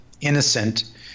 innocent